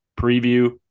preview